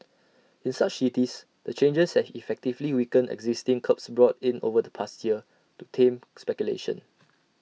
in such cities the changes have effectively weakened existing curbs brought in over the past year to tame speculation